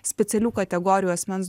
specialių kategorijų asmens